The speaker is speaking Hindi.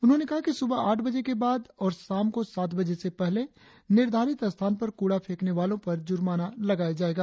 उन्होंने कहा कि सुबह आठ बजे के बाद और शाम को सात बजे से पहले निर्धारित स्थान पर क्रड़ा फेकने वालों पर जुर्माना लगाया जाएगा